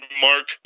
mark